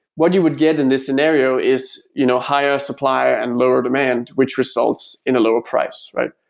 what you would get in this scenario is you know higher supply and lower demand, which results in a lower price, right?